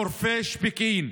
חורפיש ופקיעין,